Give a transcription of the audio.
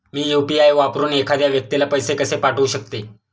मी UPI वापरून एखाद्या व्यक्तीला पैसे कसे पाठवू शकते?